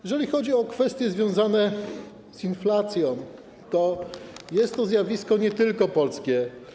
Jeżeli chodzi o kwestie związane z inflacją, to jest to zjawisko nie tylko polskie.